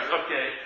okay